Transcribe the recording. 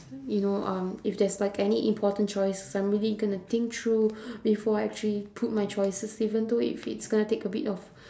you know um if there is like any important choices I am really going to think through before I actually put my choices even though if it's going to take a bit of